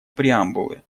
преамбулы